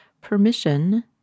permission